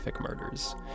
murders